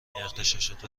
اغتشاشات